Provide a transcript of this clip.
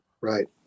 Right